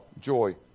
joy